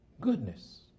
Goodness